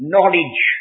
Knowledge